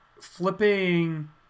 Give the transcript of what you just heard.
flipping